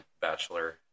Bachelor